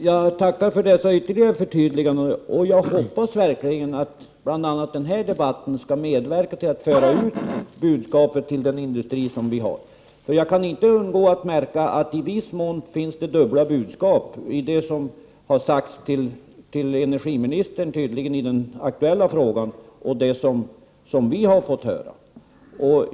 Herr talman! Jag tackar också för detta förtydligande. Jag hoppas verkligen att bl.a. den här debatten skall medverka till att budskapet i fråga förs ut till den industri som vi har. Jag kan inte undgå att märka att det i viss mån finns dubbla budskap i detta sammanhang. Det gäller då dels det som tydligen har sagts till energiministern i den aktuella frågan, dels det som vi har fått höra.